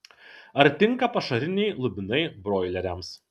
ar tinka pašariniai lubinai broileriams